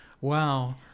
Wow